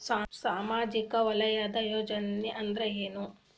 ಸಾಮಾಜಿಕ ವಲಯದ ಯೋಜನೆ ಅಂದ್ರ ಏನ?